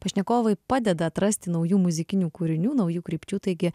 pašnekovai padeda atrasti naujų muzikinių kūrinių naujų krypčių taigi